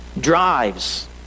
drives